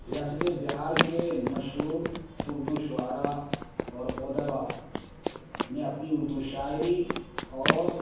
ریاستِ بہار کے مشہور اردو شعرا اور ادبا نے اپنی اردو شاعری اور